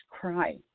cry